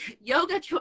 yoga